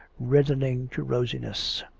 reddening to rosi ness.